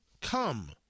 come